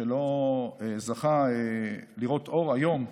שלא זכה לראות אור היום,